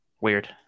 Weird